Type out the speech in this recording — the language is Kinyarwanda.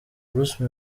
bruce